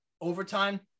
overtime